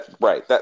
right